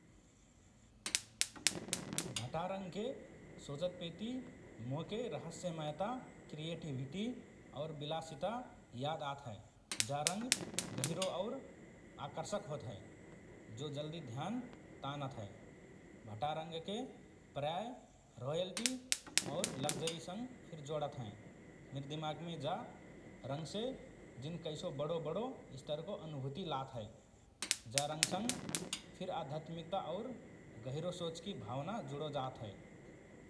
भटा रंगके सोचत पेति मोके रहस्यमयता, क्रियटिभिटी और विलासिता याद आत हए । जा रंग गहिरो और आकर्षक होत हए, जो जल्दि ध्यान तानत हए । भटा रंगके प्रायः राँयल्टी और लक्जरीसँग फिर जोडत हएँ । मिर दिमागमे जा रंगसे जिन कैसो बडो–बडो स्तरको अनुभूति लात हए । जा रंग संग फिर आध्यत्मिकता और गहिरो सोचकि भावना जुडो जात हए ।